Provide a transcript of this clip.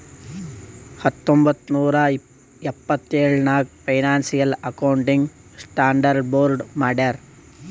ಹತ್ತೊಂಬತ್ತ್ ನೂರಾ ಎಪ್ಪತ್ತೆಳ್ ನಾಗ್ ಫೈನಾನ್ಸಿಯಲ್ ಅಕೌಂಟಿಂಗ್ ಸ್ಟಾಂಡರ್ಡ್ ಬೋರ್ಡ್ ಮಾಡ್ಯಾರ್